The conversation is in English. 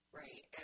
right